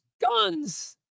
guns